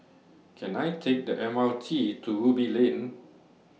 Can I Take The M R T to Ruby Lane